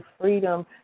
freedom